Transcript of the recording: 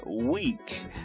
week